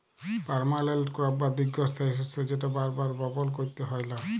permanent crop বা দীঘ্ঘস্থায়ী শস্য যেট বার বার বপল ক্যইরতে হ্যয় লা